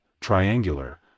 triangular